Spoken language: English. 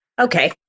okay